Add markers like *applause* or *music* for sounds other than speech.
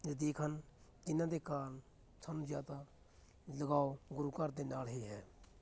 *unintelligible* ਹਨ ਜਿਹਨਾਂ ਦੇ ਕਾਰਨ ਸਾਨੂੰ ਜ਼ਿਆਦਾ ਲਗਾਓ ਗੁਰੂ ਘਰ ਦੇ ਨਾਲ ਹੀ ਹੈ